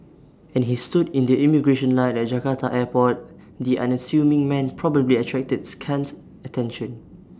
and he stood in the immigration line at Jakarta airport the unassuming man probably attracted scant attention